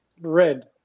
Red